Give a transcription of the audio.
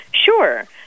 Sure